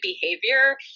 behavior